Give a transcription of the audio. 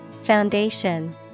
Foundation